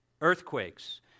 Earthquakes